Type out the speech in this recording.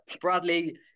Bradley